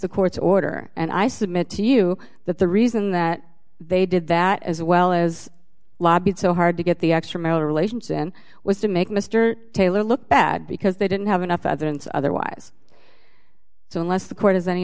the court's order and i submit to you that the reason that they did that as well as lobbied so hard to get the extra marital relations in was to make mr taylor look bad because they didn't have enough evidence otherwise so unless the court has any